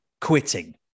Quitting